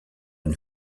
une